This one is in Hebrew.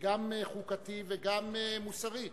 גם חוקתי וגם מוסרי,